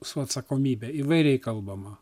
su atsakomybe įvairiai kalbama